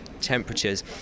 temperatures